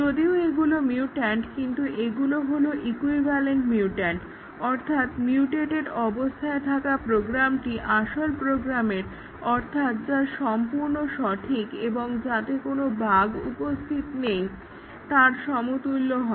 যদিও এগুলো মিউট্যান্ট কিন্তু এগুলো হলো ইকুইভ্যালেন্ট মিউট্যান্ট অর্থাৎ মিউটেটেড অবস্থায় থাকা প্রোগ্রামটি আসল প্রোগ্রামের অর্থাৎ যা সম্পূর্ণ সঠিক এবং যাতে কোনো বাগ্ উপস্থিত নেই তার সমতুল্য হয়